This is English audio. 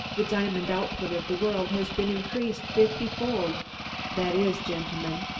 the diamond output of the world has been increased fiftyfold that is, gentlemen,